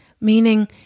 meaning